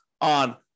on